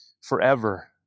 forever